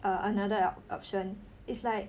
err another option is like